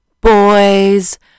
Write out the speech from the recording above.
boys